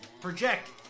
Project